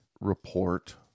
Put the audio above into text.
report